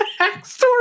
backstory